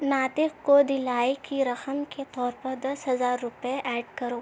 ناطق کو دلائی کی رقم کے طور پر دس ہزار روپے ایڈ کرو